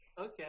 Okay